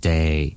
Day 。